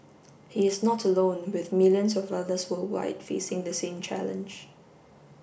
he is not alone with millions of others worldwide facing the same challenge